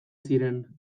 ziren